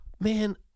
Man